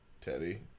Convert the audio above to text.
Teddy